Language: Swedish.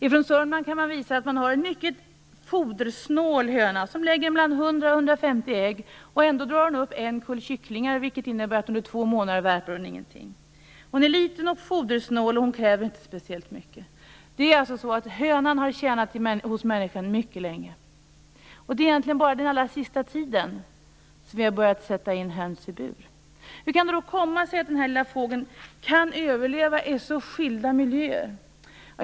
I Södermanland har man en mycket fodersnål höna, som lägger mellan 100 och 150 ägg. Ändå föder hon upp en kull kycklingar. Det innebär att under två månader värper hon ingenting. Hon är liten och fodersnål, och hon kräver inte speciellt mycket. Hönan har alltså tjänat hos människan mycket länge. Det är egentligen bara under den allra sista tiden som vi har börjat sätta höns i bur. Hur kan det då komma sig att den här lilla fågeln kan överleva i så skilda miljöer?